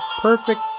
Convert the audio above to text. perfect